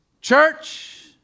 Church